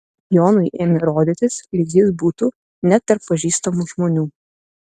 jonui ėmė rodytis lyg jis būtų ne tarp pažįstamų žmonių